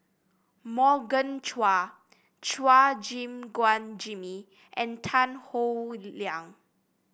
Morgan Chua Chua Gim Guan Jimmy and Tan Howe Liang